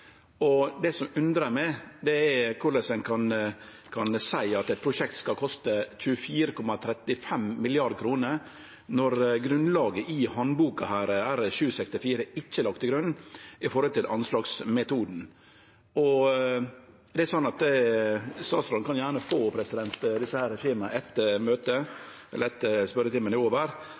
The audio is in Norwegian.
Det som undrar meg, er korleis ein kan seie at eit prosjekt skal koste 24,35 mrd. kr når grunnlaget i denne handboka, R764, ikkje er lagt til grunn, etter anslagsmetoden. Statsråden kan gjerne få desse skjemaa etter spørjetimen, for eg trur det kan vere nødvendig. Spørsmålet er